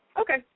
Okay